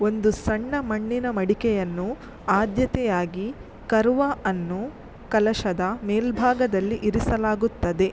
ಒಂದು ಸಣ್ಣ ಮಣ್ಣಿನ ಮಡಿಕೆಯನ್ನು ಆದ್ಯತೆಯಾಗಿ ಕರ್ವಾ ಅನ್ನು ಕಲಶದ ಮೇಲ್ಭಾಗದಲ್ಲಿ ಇರಿಸಲಾಗುತ್ತದೆ